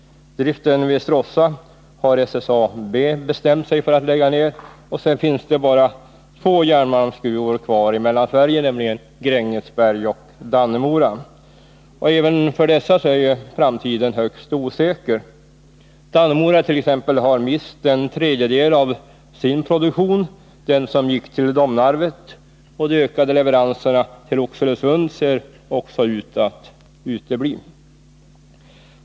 Driften vid Stråssa har SSAB bestämt sig för att lägga ned. Sedan finns det bara två järnmalmsgruvor kvar i Mellansverige, nämligen Grängesberg och Dannemora. Även för dessa är framtiden högst osäker. Dannemora t.ex. har mist en tredjedel av sin produktion, som gick till Domnarvet, och de ökade leveranserna till Oxelösund ser också ut att utebli.